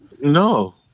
No